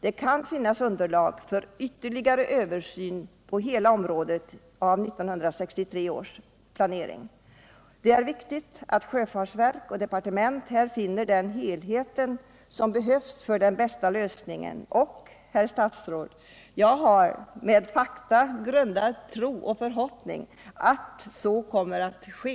Det kan finnas underlag för en ytterligare översyn på hela området av 1963 års planering. Det är viktigt att sjöfartsverk och departement här finner den helhet som behövs för den bästa lösningen. Herr statsråd! Jag har en på fakta grundad tro och förhoppning att så också kommer att ske.